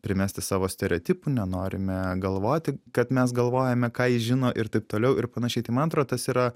primesti savo stereotipų nenorime galvoti kad mes galvojame ką jis žino ir taip toliau ir panašiai tai man atrodo tas yra